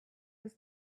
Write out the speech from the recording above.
was